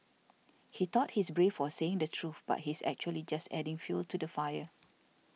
he thought he's brave for saying the truth but he's actually just adding fuel to the fire